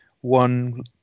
one